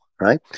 right